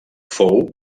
fou